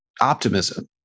optimism